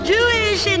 Jewish